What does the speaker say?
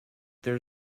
there